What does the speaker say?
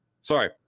Sorry